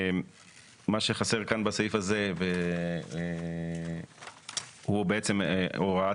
מה שחסר כאן בסעיף הזה והוא בעצם הוראת